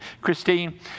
Christine